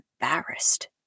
embarrassed